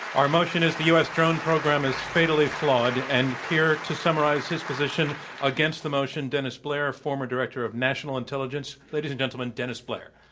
our motion is the u. s. drone program is fatally flawed. and here to summarize his position against the motion, dennis blair, former director of national intelligence. ladies and gentlemen, dennis blair.